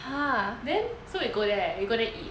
then so we go there we go there eat